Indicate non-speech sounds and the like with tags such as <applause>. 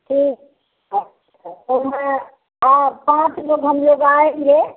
ठीक अच्छा <unintelligible> पाँच लोग हम लोग आएँगे